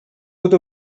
hagut